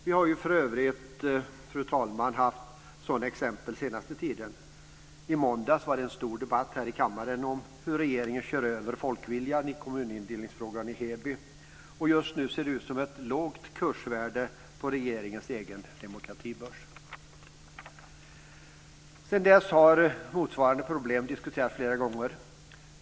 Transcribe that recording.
Vi har för övrigt, fru talman, haft sådana exempel den senaste tiden. I måndags var det en stor debatt här i kammaren om hur regeringen kör över folkviljan i länsindelningsfrågan i Heby. Just nu ser det ut att vara ett lågt kursvärde på regeringens egen demokratibörs. Sedan dess har motsvarande problem diskuterats flera gånger.